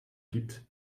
gibt